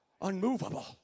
unmovable